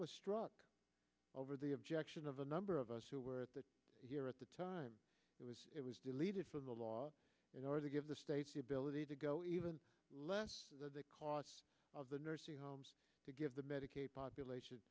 was struck over the objection of a number of us who were at the here at the time it was it was deleted from the law in order to give the states the ability to go even less the cost of the nursing homes to give the medicaid population